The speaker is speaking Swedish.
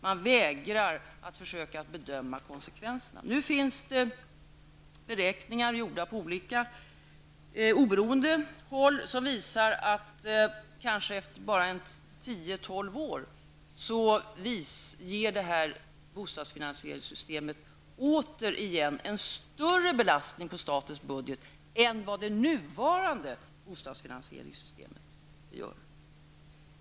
Man vägrar att försöka bedöma konsekvenserna. Nu har beräkningar gjorts på olika oberoende håll, beräkningar som visar att bostadsfinansierieringssystemet kanske efter bara 10--12 år återigen kommer att innebära en större belastning på statens budget än det nuvarande bostadsfinansieringssystemet.